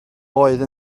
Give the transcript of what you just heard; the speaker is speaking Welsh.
oedd